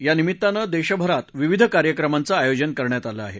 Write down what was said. या निमित्तानं देशभरात विविध कार्यक्रमांचं आयोजन करण्यात आलं आहे